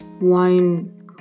wine